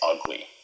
ugly